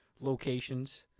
locations